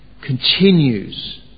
continues